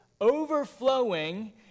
overflowing